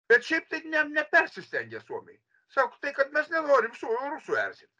bet šiaip tai ne nepersistengia suomiai sako tai kad mes nenorim su rusų erzin